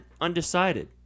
undecided